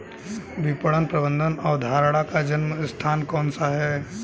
विपणन प्रबंध अवधारणा का जन्म स्थान कौन सा है?